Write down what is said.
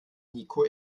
niko